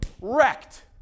wrecked